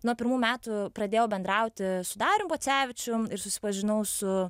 nuo pirmų metų pradėjau bendrauti su darium pocevičium ir susipažinau su